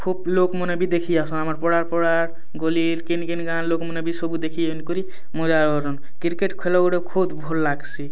ଖୁବ୍ ଲୋକମାନେ ବି ଦେଖି ଆସନ୍ ଆମର୍ ପଡ଼ା ପଡ଼ା ଗଳି କିନ୍ କିନ୍ ଗାଁର ଲୋକମାନେ ବି ସବୁ ଦେଖି ଏନ୍ କରି ମଜା ନଉଛନ୍ କ୍ରିକେଟ୍ ଖେଳ ଗୋଟେ ଖୁବ୍ ଭଲ ଲାଗ୍ସି